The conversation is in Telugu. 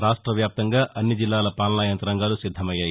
రాష్టవ్యాప్తంగా అన్ని జిల్లాల పాలనా యంతాంగాలు సిద్దమయ్యాయి